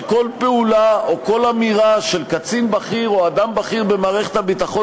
שכל פעולה או כל אמירה של קצין בכיר או אדם בכיר במערכת הביטחון